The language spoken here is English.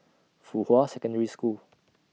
Fuhua Secondary School